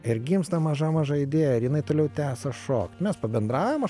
ir gimsta maža maža idėja ir jinai toliau tęsa šokt mes pabendraujam aš